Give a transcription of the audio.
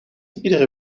iedere